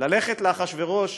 ללכת לאחשוורוש